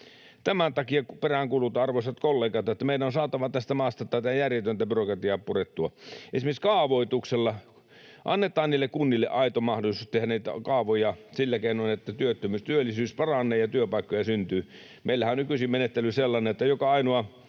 Tämän takia peräänkuulutan, arvoisat kollegat, että meidän on saatava tästä maasta tätä järjetöntä byrokratiaa purettua, esimerkiksi kaavoituksella. Annetaan niille kunnille aito mahdollisuus tehdä näitä kaavoja sillä keinoin, että työllisyys paranee ja työpaikkoja syntyy. Meillähän on nykyisin menettely sellainen, että joka ainoa